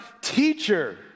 teacher